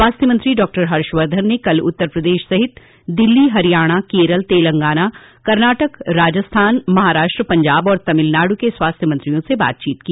स्वास्थ्य मंत्री डॉक्टर हर्षवर्धन ने कल उत्तर प्रदेश सहित दिल्ली हरियाणा केरल तेलंगाना कर्नाटक राजस्थान महाराष्ट्र पंजाब और तमिलनाडु के स्वास्थ्य मंत्रियों से बात की